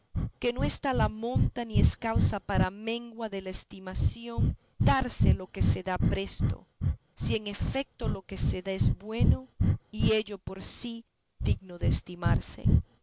que no está la monta ni es causa para menguar la estimación darse lo que se da presto si en efecto lo que se da es bueno y ello por sí digno de estimarse y